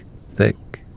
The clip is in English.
thick